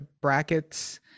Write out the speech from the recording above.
brackets